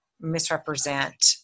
misrepresent